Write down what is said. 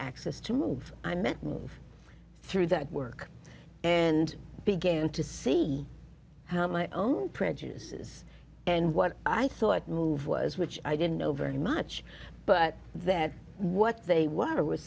access to move i met move through that work and began to see how my own prejudices and what i thought move was which i didn't know very much but that what they were was